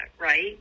right